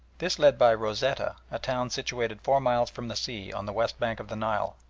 this led by rosetta, a town situated four miles from the sea on the west bank of the nile,